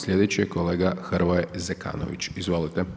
Slijedeći je kolega Hrvoje Zekanović, izvolite.